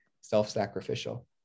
self-sacrificial